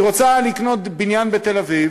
היא רוצה לקנות בניין בתל-אביב